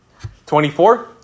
24